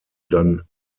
dann